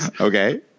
Okay